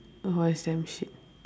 it was damn shit